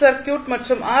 circuit மற்றும் R